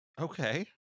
Okay